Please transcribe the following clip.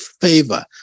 favor